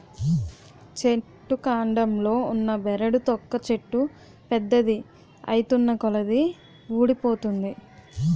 చెట్టు కాండంలో ఉన్న బెరడు తొక్క చెట్టు పెద్దది ఐతున్నకొలది వూడిపోతుంది